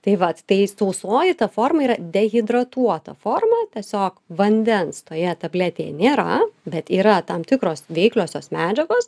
tai vat tai sausoji ta forma yra dehidratuota forma tiesiog vandens toje tabletėje nėra bet yra tam tikros veikliosios medžiagos